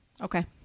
Okay